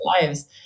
lives